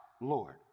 Lord